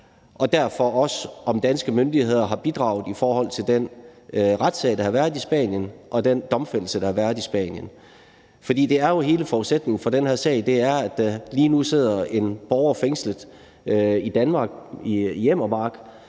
og derfor også, om danske myndigheder har bidraget i forhold til den retssag, der har været i Spanien, og den domfældelse, der har været i Spanien. For hele forudsætningen for den her sag er, at der lige nu sidder en borger fængslet i Danmark, i Enner Mark